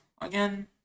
again